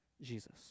Jesus